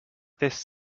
this